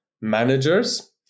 Managers